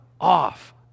off